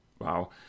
Wow